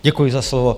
Děkuji za slovo.